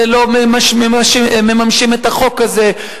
ולא מממשים את החוק הזה,